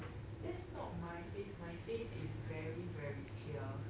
that's not my face my face is very very clear